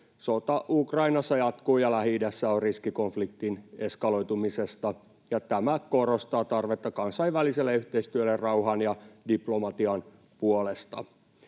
Sota Ukrainassa jatkuu, ja Lähi-idässä on riski konfliktin eskaloitumisesta, ja tämä korostaa tarvetta kansainväliselle yhteistyölle rauhan ja diplomatian puolesta.